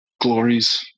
glories